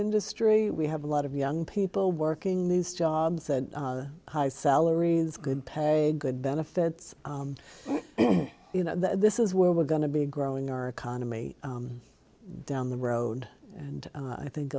industry we have a lot of young people working in these jobs that high salaries good pay good benefits you know this is where we're going to be growing our economy down the road and i think